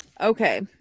okay